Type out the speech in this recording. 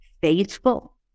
faithful